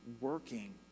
working